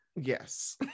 Yes